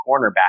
cornerback